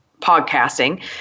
podcasting